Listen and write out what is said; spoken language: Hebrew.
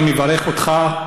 אני מברך אותך,